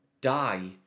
die